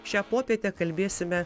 šią popietę kalbėsime